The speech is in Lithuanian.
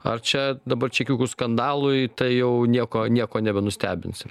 ar čia dabar čekiukų skandalui tai jau nieko nieko nebenustebinsi